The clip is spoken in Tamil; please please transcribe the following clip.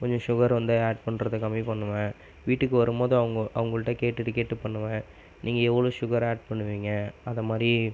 கொஞ்சம் சுகர் வந்து ஆட் பண்ணுறது கம்மி பண்ணுவேன் வீட்டுக்கு வரும் போது அவங்க அவங்கள் கிட்ட கேட்டுகிட்டு கேட்டுகிட்டு பண்ணுவேன் நீங்கள் எவ்வளோ சுகர் ஆட் பண்ணுவீங்கள் அதை மாதிரி